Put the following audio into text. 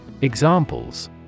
Examples